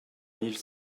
mille